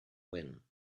win